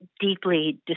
deeply